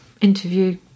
interview